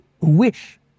wish